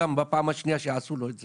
אלא זאת פעם שנייה שעשו לו את זה,